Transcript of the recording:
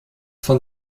von